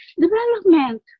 development